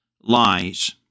lies